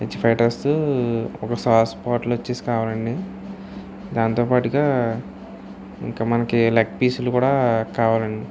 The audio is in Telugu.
వెజ్ ఫ్రైడ్ రైస్ ఒక సాస్ బాటిల్ వచ్చేసి కావాలండి దానితో పాటుగా ఇంకా మనకి లెగ్ పీసులు కూడా కావాలండి